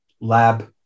lab